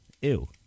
Ew